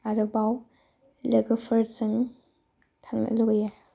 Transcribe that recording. आरोबाव लोगोफोरजों थांनो लुबैयो